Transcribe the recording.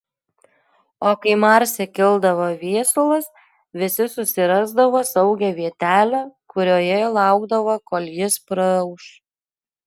o kai marse kildavo viesulas visi susirasdavo saugią vietelę kurioje laukdavo kol jis praūš